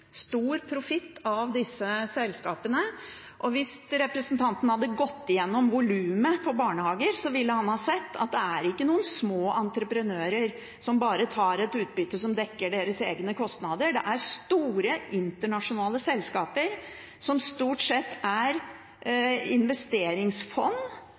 stor profitt – av disse selskapene. Hvis representanten hadde gått gjennom volumet på barnehager, ville han ha sett at det er ikke noen små entreprenører som bare tar et utbytte som dekker deres egne kostnader. Det er store internasjonale selskaper som stort sett er